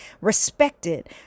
respected